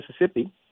mississippi